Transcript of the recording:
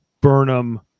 Burnham